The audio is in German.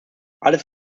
alles